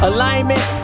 Alignment